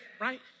Right